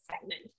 segment